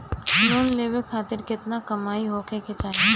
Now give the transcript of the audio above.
Loan लेवे खातिर केतना कमाई होखे के चाही?